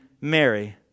Mary